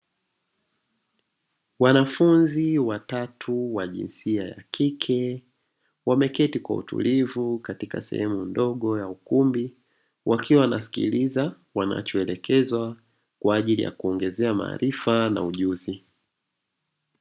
Wanafunzi watatu wa jinsia ya kike wameketi kwa utulivu katika sehemu ndogo ya ukumbi wakiwa wanasikiliza wanachoelekezwa kwa ajili ya kuongezea maarifa na ujuzi